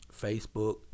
Facebook